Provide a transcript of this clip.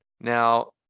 Now